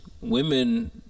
women